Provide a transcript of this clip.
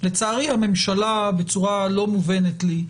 לצערי הממשלה בצורה לא מובנת לי,